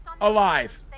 alive